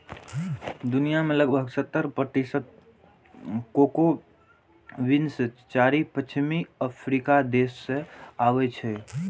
दुनिया के लगभग सत्तर प्रतिशत कोको बीन्स चारि पश्चिमी अफ्रीकी देश सं आबै छै